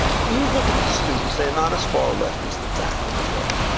you look at the students, they are not as far left as the faculty are,